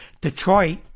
Detroit